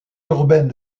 urbaine